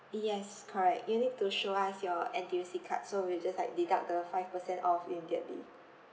yes correct you need to show us your N_T_U_C card so we will just like deduct the five percent off immediately